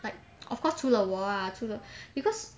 like of course 除了我 ah 除了 because